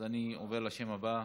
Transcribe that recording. אז אני עובר לשם הבא.